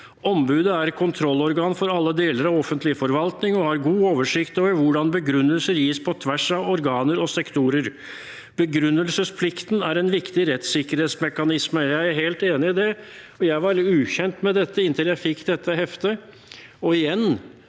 Ombudet er kontrollorgan for alle deler av offentlig forvaltning, og har god oversikt over hvordan begrunnelser gis på tvers av organer og sektorer. Begrunnelsesplikten er en viktig rettssikkerhetsmekanisme.» Jeg er jeg helt enig i det. Jeg var ukjent med dette inntil jeg fikk dette heftet, og igjen: